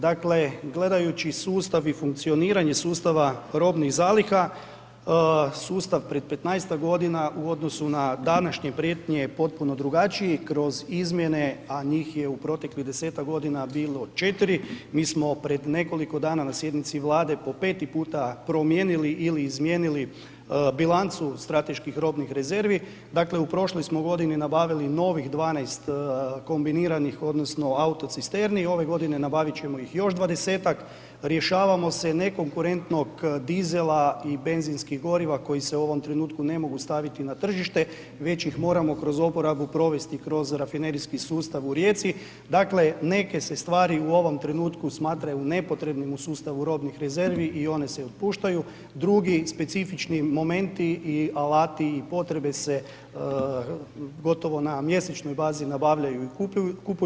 Dakle gledajući sustav i funkcioniranje sustava robnih zaliha, sustav prije 15-ak godina u odnosu na današnje prijetnje je potpuno drugačiji kroz izmjene a njih u proteklih 10-ak godina bilo 4, mi smo pred nekoliko dana na sjednici Vlade po peti puta promijenili ili izmijenili bilancu strateških robnih rezervi, dakle u prošloj smo godini nabavili novih 12 kombiniranih odnosno autocisterni, ove godine nabavit ćemo ih još 20-ak, rješavamo se nekonkurentnog dizela i benzinskih goriva koji se u ovom trenutku ne mogu staviti na tržište već ih moramo kroz uporabu provesti kroz rafinerijski sustav u Rijeci, dakle neke se stvari u ovom trenutku smatraju nepotrebnim u sustavu robnih rezervi i one se otpuštaju, drugi specifični momenti i alati i potrebe se gotovo na mjesečnoj bazi nabavljaju i kupuju.